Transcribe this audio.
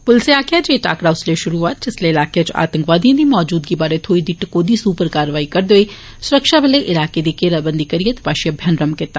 पुलसै आक्खेआ जे एह् टाकरा उसलै शुरू होआ जिसलै इलाकें इच आतंकवादिएं दी मौजूदगी बारै थ्होई दी टकोदी सूह उप्पर कारवाई करदे होई सुरक्षाबले इलाकें दी घेराबंदी करिए तपाशी अभियान रम्म कीता